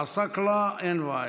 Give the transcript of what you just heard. עסאקלה, אין בעיה.